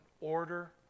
Order